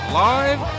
live